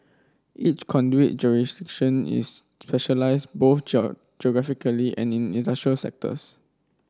each conduit is specialised both geographically and in industrial sectors